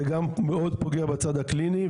זה גם פוגע בצד הקליני,